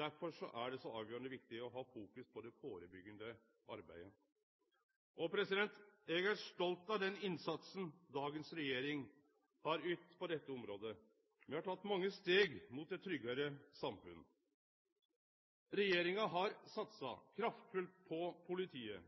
Derfor er det så avgjerande viktig å fokusere på det førebyggjande arbeidet. Og eg er stolt av den innsatsen dagens regjering har ytt på dette området. Me har teke mange steg mot eit tryggare samfunn. Regjeringa har satsa kraftfullt på politiet,